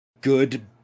good